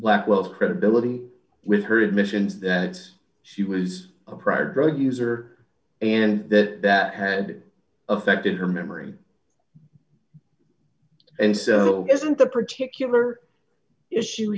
lack of credibility with her admissions that she was a prior drug user and that that had affected her memory and so isn't the particular issue